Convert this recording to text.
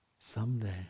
Someday